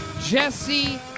Jesse